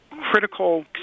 critical